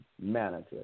manager